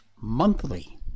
monthly